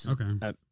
Okay